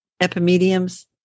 epimediums